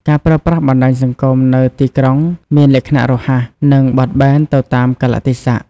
ការប្រើប្រាស់បណ្ដាញសង្គមនៅទីក្រុងមានលក្ខណៈរហ័ស និងបត់បែនទៅតាមកាលៈទេសៈ។